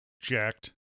jacked